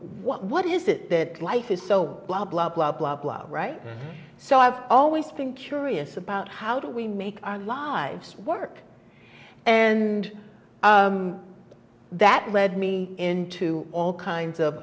what is it that life is so blah blah blah blah blah right so i've always been curious about how do we make our lives work and that led me into all kinds of